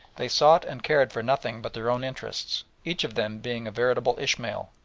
they sought and cared for nothing but their own interests, each of them being a veritable ishmael,